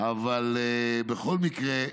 בכל מקרה,